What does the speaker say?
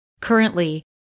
Currently